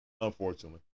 unfortunately